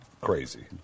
crazy